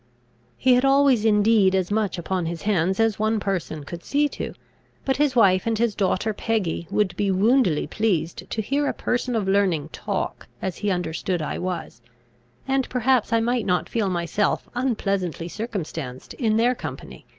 he had always indeed as much upon his hands as one person could see to but his wife and his daughter peggy would be woundily pleased to hear a person of learning talk, as he understood i was and perhaps i might not feel myself unpleasantly circumstanced in their company.